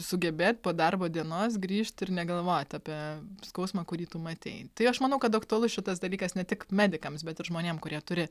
sugebėt po darbo dienos grįžt ir negalvot apie skausmą kurį tu matei tai aš manau kad aktualus šitas dalykas ne tik medikams bet ir žmonėm kurie turi